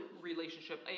relationship